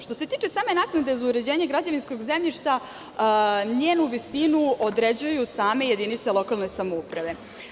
Što se tiče same naknade za uređenje gradskog građevinskog zemljišta, njenu visinu određuju same jedinice lokalne samouprave.